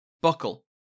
buckle